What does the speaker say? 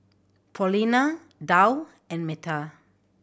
Paulina Dow and Metta